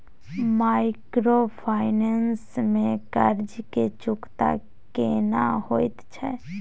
Microfinance में कर्ज के चुकता केना होयत छै?